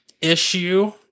issue